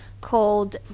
called